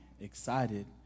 excited